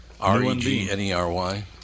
R-E-G-N-E-R-Y